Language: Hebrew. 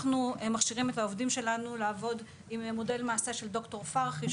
אנחנו מכשירים את העובדים שלנו לעבוד עם המודל של ד"ר פרחי,